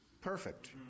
perfect